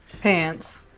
Pants